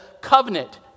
covenant